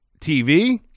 TV